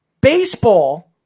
baseball